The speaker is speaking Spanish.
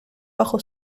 bajo